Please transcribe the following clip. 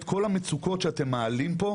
כל המצוקות שאתם מעלים פה,